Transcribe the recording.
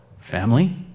family